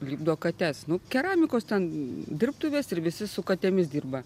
lipdo kates nu keramikos ten dirbtuvės ir visi su katėmis dirba